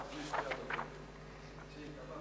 בחודש נובמבר